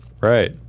right